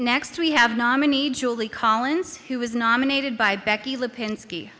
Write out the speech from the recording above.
next we have nominee julie collins he was nominated by becky lipinski